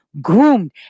groomed